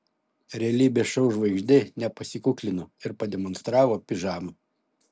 realybės šou žvaigždė nepasikuklino ir pademonstravo pižamą